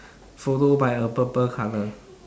follow by a purple colour